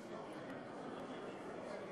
חתמת על החוק שמאפשר נישואים